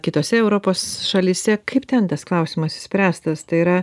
kitose europos šalyse kaip ten tas klausimas išspręstas tai yra